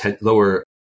lower